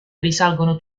risalgono